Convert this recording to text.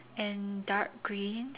and dark green